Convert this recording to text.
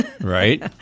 Right